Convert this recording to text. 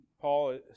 Paul